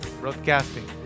broadcasting